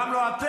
גם לא אתם.